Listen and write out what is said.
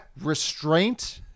Restraint